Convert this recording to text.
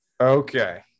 Okay